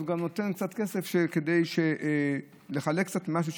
אז הוא נותן קצת כסף כדי לחלק קצת משהו,